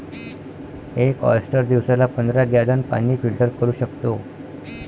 एक ऑयस्टर दिवसाला पंधरा गॅलन पाणी फिल्टर करू शकतो